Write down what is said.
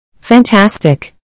Fantastic